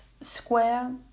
square